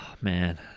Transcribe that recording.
Man